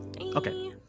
Okay